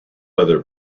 other